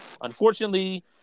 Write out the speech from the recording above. Unfortunately